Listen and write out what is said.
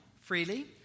freely